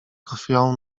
krwią